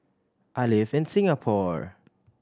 I live in Singapore